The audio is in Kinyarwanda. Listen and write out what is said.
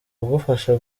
kugufasha